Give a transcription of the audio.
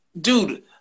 Dude